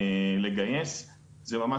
אנחנו פעילים בעולמות של כשלי שוק.